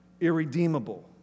irredeemable